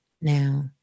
now